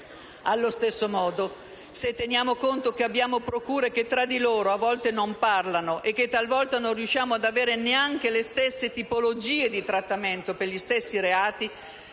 Allo stesso modo, se teniamo conto che abbiamo procure che tra di loro a volte non parlano e che talvolta non riusciamo ad avere neanche le stesse tipologie di trattamento per i medesimi reati,